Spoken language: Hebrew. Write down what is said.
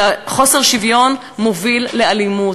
וחוסר שוויון מוביל לאלימות.